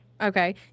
Okay